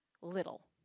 Little